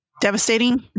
devastating